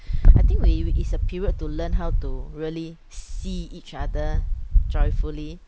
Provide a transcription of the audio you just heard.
I think we we it's a period to learn how to really see each other joyfully